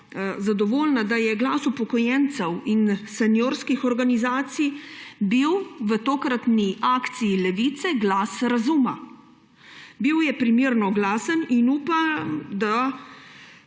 zadovoljna, da je bil glas upokojencev in seniorskih organizacij v tokratni akciji Levice glas razuma. Bil je primerno glasen in upam, da